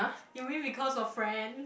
you mean because of friend